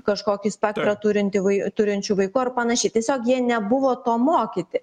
kažkokį spektrą turintį vai turinčių vaikų ar panašiai tiesiog jie nebuvo to mokyti